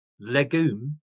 legume